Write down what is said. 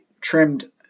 trimmed